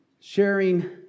Sharing